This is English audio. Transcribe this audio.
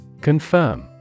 Confirm